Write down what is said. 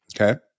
Okay